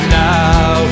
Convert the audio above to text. now